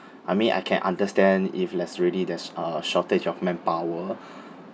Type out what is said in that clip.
I mean I can understand if that's really there's a shortage of manpower